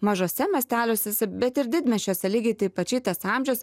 mažuose miesteliuose bet ir didmiesčiuose lygiai taip pat šitas amžius